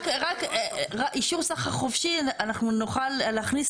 רק אישור סחר חופשי אנחנו נוכל להכניס